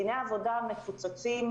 דיני עבודה מפוצצים,